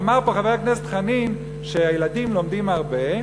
אמר פה חבר הכנסת חנין שהילדים לומדים הרבה,